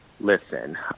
listen